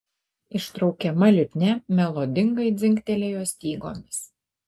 ištraukiama liutnia melodingai dzingtelėjo stygomis